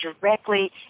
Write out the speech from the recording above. directly